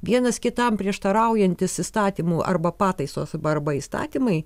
vienas kitam prieštaraujantys įstatymų arba pataisos arba įstatymai